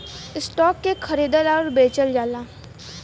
stock के खरीदल आउर बेचल जाला